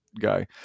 guy